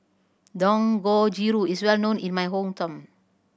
dangojiru is well known in my hometown